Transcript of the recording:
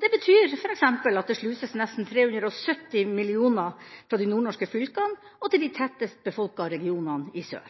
Det betyr f.eks. at det sluses nesten 370 mill. kr fra de nordnorske fylkene og til de tettest befolkede regionene i sør.